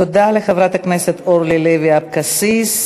תודה לחברת הכנסת אורלי לוי אבקסיס.